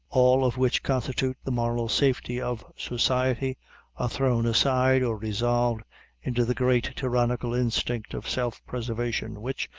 all of which constitute the moral safety of society are thrown aside or resolved into the great tyrannical instinct of self-preservation, which,